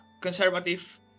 conservative